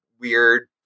weird